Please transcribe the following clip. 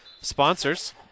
sponsors